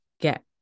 get